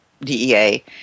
DEA